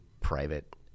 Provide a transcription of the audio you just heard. private